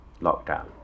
lockdown